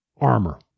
armor